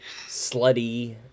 Slutty